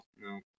no